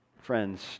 Friends